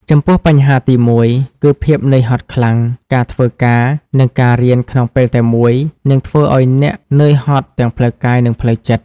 ចំពោះបញ្ហាទីមួយគឺ ភាពនឿយហត់ខ្លាំង ការធ្វើការ និងការរៀនក្នុងពេលតែមួយ នឹងធ្វើឱ្យអ្នកនឿយហត់ទាំងផ្លូវកាយ និងផ្លូវចិត្ត។